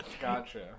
gotcha